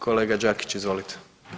Kolega Đakić, izvolite.